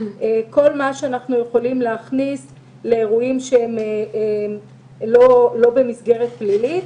כל מה שאנחנו יכולים להכניס לאירועים שהם לא במסגרת פלילית.